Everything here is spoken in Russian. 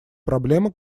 проблема